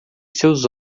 seus